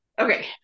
okay